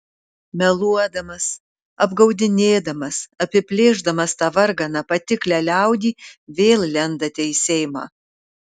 meluodamas apgaudinėdamas apiplėšdamas tą varganą patiklią liaudį vėl lendate į seimą